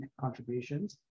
contributions